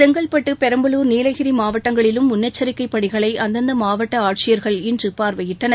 செங்கல்பட்டு பெரம்பலூர் நீலகிரி மாவட்டங்களிலும் முன்னெச்சரிக்கை பணிகளை அந்தந்த மாவட்ட ஆட்சியர்கள் இன்று பார்வையிட்டனர்